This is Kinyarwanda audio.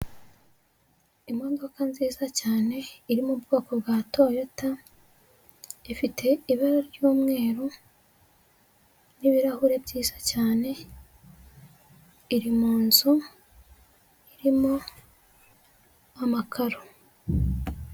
Imodoka nziza cyane iri mu bwoko bwa toyota, ifite ibara ry'umweru n'ibirahuri byiza cyane, iri mu nzu irimo amakaro.